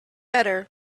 better